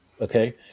okay